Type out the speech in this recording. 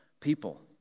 people